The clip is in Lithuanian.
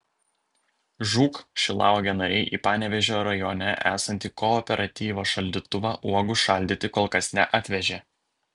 žūk šilauogė nariai į panevėžio rajone esantį kooperatyvo šaldytuvą uogų šaldyti kol kas neatvežė